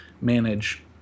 manage